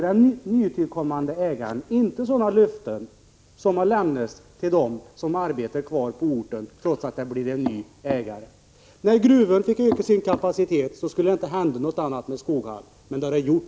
Den nytillkommande ägaren uppfyller inte sådana löften som har lämnats till dem som arbetar kvar på orten. När Gruvön fick öka sin kapacitet skulle det inte hända något mer i Skoghall, men det har det gjort.